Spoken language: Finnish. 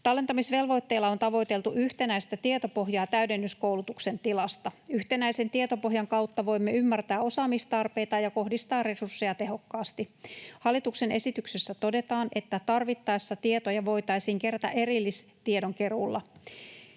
Tallentamisvelvoitteella on tavoiteltu yhtenäistä tietopohjaa täydennyskoulutuksen tilasta. Yhtenäisen tietopohjan kautta voimme ymmärtää osaamistarpeita ja kohdistaa resursseja tehokkaasti. Hallituksen esityksessä todetaan, että tarvittaessa tietoja voitaisiin kerätä erillistiedonkeruulla.